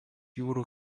jūrų